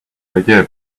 idea